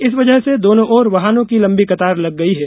इस वजह से दोनों और वाहनों की लम्बी कतार लग गई है